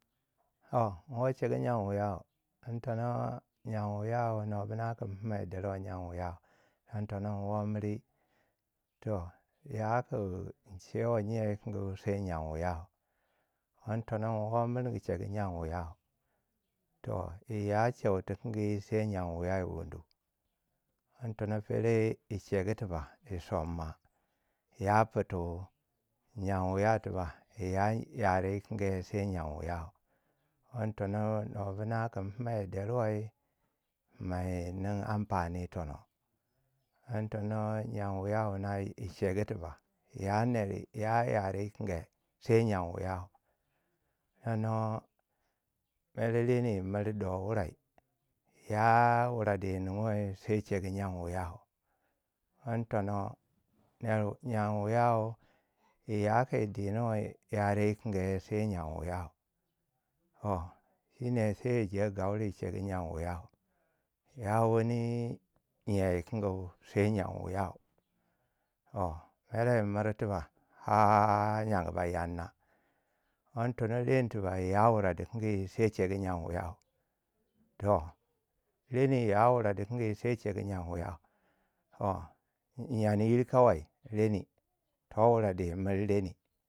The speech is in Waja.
toh inwo cheghu nyen wiyau. din tono nyen wiyau, no bu na kin fine derwen nyen wiyau. don tono in wo miri. Toh yakun in chewei nyeu kingi sai nyen wiyau. don tono in wo mirgi chegu nyen wiyau. toh ya chei ti kingi, sai nyen wiyau wundu. don tono fere yi chegu tiba yi somma iya fitiu, nyen wiyau tiba ya yare kinge sai nyen wiyau don tono no buna kun puna derwei ma ya nin amfani tono. Don tono nyen wiyau wuna chegu tiba. ya neri. ya yare kinge sai nyen wiyau tono mer reni yi miri do wurai, ya wure dui ni nuwai sai chegu nyen wiyau dan tono ner wu nyen wiyau ya ku diuwai yare dikinge sai nyen wiyau. toh shinne sai je gauri chegu nyen wiyau ya wani nyen dikingu sai nyen wiyau. Toh mere yi miri tuba har yan ba yanna don tono ren tiba ya wuri dikingi. sai chegu nyen wiyau. toh reni ya wuri di kingi sai chegu nyen wiyau toh nyen iri kawai reni. toh wuri du miri reni.